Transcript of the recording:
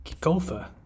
Golfer